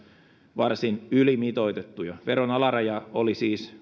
varsin ylimitoitettuja veron yläraja oli siis